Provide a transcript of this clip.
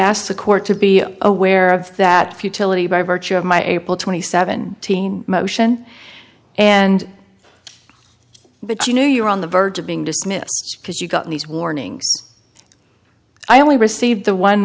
asked the court to be aware of that futility by virtue of my april twenty seven teen motion and but you knew you were on the verge of being dismissed because you got these warnings i only received the one